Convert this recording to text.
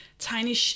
Tiny